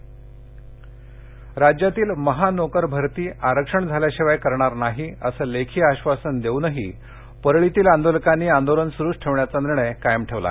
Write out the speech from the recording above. बीड लेखी आश्वासन राज्यातील महा नोकर भरती आरक्षण झाल्याशिवाय करणार नाही असं लेखी आश्वासन देऊनही परळीतील आंदोलकांनी आंदोलन स्रूच ठेवण्याचा निर्णय कायम ठेवला